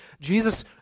Jesus